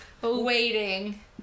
Waiting